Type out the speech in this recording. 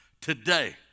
today